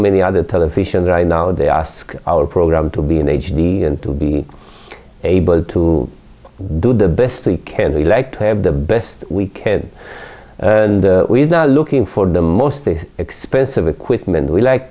many other television right now they ask our program to be in h d and to be able to do the best we can we like to have the best we can and we're not looking for the most expensive equipment we like